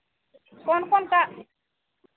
कौन कौन का